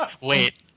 Wait